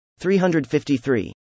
353